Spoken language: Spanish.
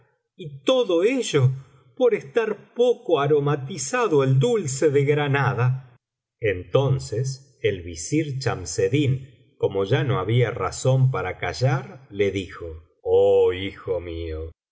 y todo ello por estar poco aromatizado el dulce de granada entonces el visir chamseddin como ya no había razón para callar le dijo oh hijo mío